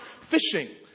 fishing